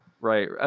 Right